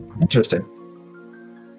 Interesting